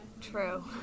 True